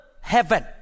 heaven